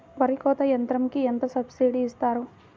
వరి కోత యంత్రంకి ఎంత సబ్సిడీ ఇస్తారు?